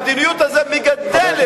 המדיניות הזאת מגדלת אותם,